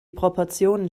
proportionen